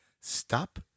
stop